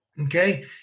Okay